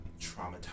traumatized